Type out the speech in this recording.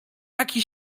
taki